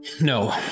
No